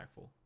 impactful